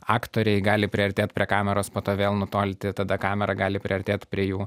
aktoriai gali priartėt prie kameros po to vėl nutolti tada kamera gali priartėt prie jų